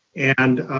and